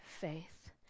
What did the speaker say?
faith